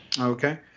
Okay